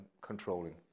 controlling